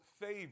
favor